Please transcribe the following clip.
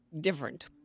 different